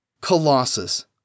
Colossus